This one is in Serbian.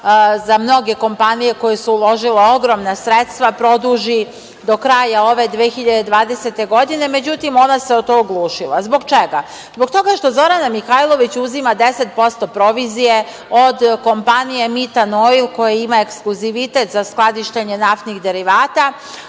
za mnoge kompanije koje su uložile ogromna sredstva produži do kraja ove 2020. godine, međutim, ona se o to oglušila. Zbog čega? Zbog toga što Zorana Mihajlović uzima 10% provizije od kompanije „Mitan Oil“ koja ima ekskluzivitet za skladištenje naftnih derivata,